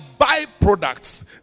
byproducts